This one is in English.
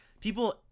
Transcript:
people